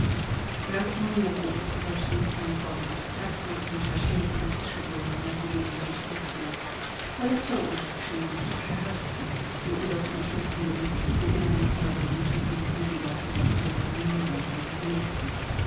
brat mój mógł uskutecznić swoję podróż w tak krótkim czasie jakiego potrzebuję na powiedzenie ci tych słów ale chciał użyć przyjemności przechadzki i udał się przez góry wybierając drogę gdzie piękne położenia zapowiadały mu najwięcej rozrywki